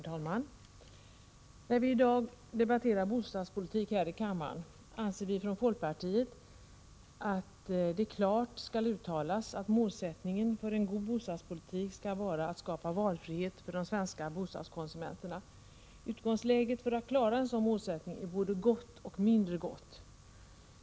Herr talman! När vi i dag debatterar bostadspolitik här i kammaren anser vi från folkpartiet att det klart skall uttalas att målsättningen för en god bostadspolitik skall vara att skapa valfrihet för de svenska bostadskonsumenterna. Utgångsläget för att klara en sådan målsättning är både gott och mindre gott.